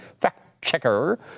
fact-checker